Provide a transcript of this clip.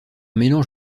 mélange